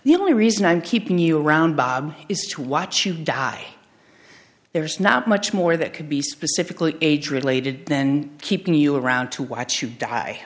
the only reason i'm keeping you around is to watch you die there's not much more that could be specifically age related then keeping you around to watch you die